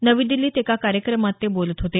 नवी दिल्लीत एका कार्यक्रमात ते बोलत होते